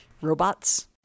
Robots